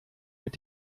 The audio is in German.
mit